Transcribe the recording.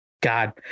God